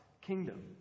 kingdom